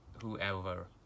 whoever